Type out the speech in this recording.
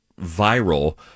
viral